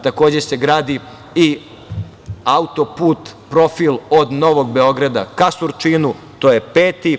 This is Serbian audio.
Takođe se gradi i autoput profil od Novog Beograda ka Surčinu, to je peti.